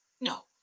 No